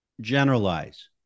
generalize